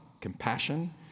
compassion